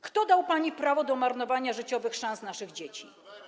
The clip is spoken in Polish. Kto dał pani prawo do marnowania życiowych szans naszych dzieci?